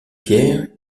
pierre